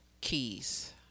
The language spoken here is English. keys